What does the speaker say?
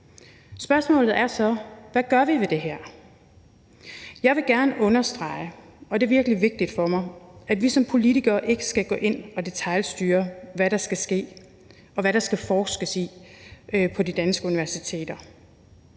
Spørgsmålet er så, hvad vi gør ved det her. Jeg vil gerne understrege, og det er virkelig vigtigt for mig, at vi som politikere ikke skal gå ind og detailstyre, hvad der skal ske, og hvad der skal forskes i på de danske universiteter.